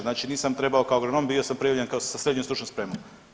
Znači nisam trebao kao agronom bio sam primljen kao sa srednjom stručnom spremom.